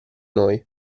noi